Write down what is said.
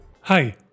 Hi